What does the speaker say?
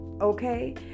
okay